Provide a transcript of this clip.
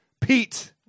Pete